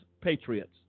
Patriots